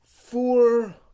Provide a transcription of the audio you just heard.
four